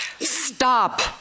stop